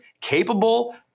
capable